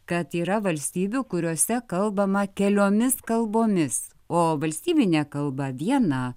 kad yra valstybių kuriose kalbama keliomis kalbomis o valstybinė kalba viena